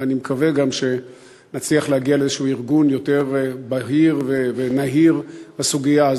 ומקווה גם שנצליח להגיע לאיזשהו ארגון יותר בהיר ונהיר בסוגיה הזאת.